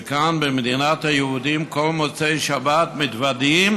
וכאן, במדינת היהודים, בכל מוצאי שבת מתוודעים